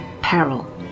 peril